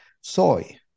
soy